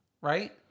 right